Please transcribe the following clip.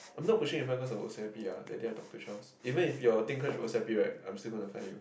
I'm not pushing in front because our O_C_I_P that day I talked to Charles even if your thing clash with O_C_I_P right I'm still gonna find you